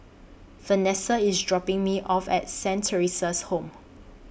Vanesa IS dropping Me off At Saint Theresa's Home